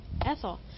Ethel